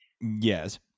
Yes